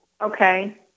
Okay